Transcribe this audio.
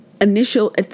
initial